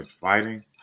fighting